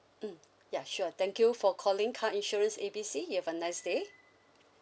mm ya sure thank you for calling car insurance A B C you have a nice day